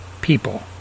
people